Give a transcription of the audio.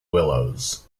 willows